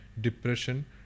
depression